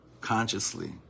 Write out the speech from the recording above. consciously